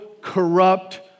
corrupt